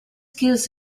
gives